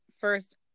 First